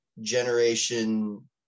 generation